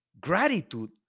Gratitude